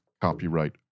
copyright